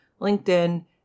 LinkedIn